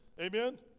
Amen